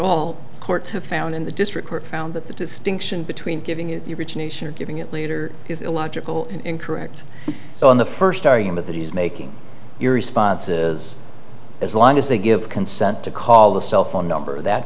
all courts have found in the district court found that the distinction between giving it the origination or giving it later is illogical and incorrect so on the first argument that is making your responses as long as they give consent to call the cell phone number that